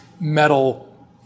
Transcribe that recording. metal